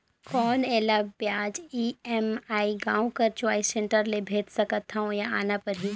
कौन एला ब्याज ई.एम.आई गांव कर चॉइस सेंटर ले भेज सकथव या आना परही?